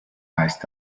meist